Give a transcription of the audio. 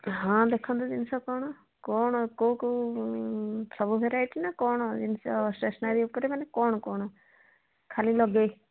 ହଁ ଦେଖନ୍ତୁ ଜିନିଷ କ'ଣ କ'ଣ କେଉଁ କେଉଁ ସବୁ ଭେରାଇଟି ନା କ'ଣ ଜିନିଷ ଷ୍ଟେସ୍ନାରୀ ଉପରେ ମାନେ କ'ଣ କ'ଣ ଖାଲି ଲଗେଜ୍